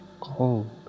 cold